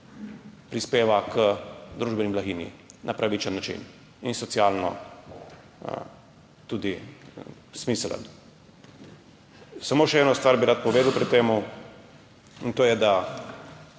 prispeva k družbeni blaginji na pravičen način in tudi socialno smiseln. Samo še eno stvar bi rad povedal pri tem, in to je, da